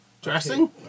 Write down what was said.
Dressing